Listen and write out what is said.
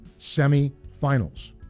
semifinals